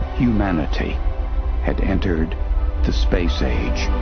humanity had entered the space age.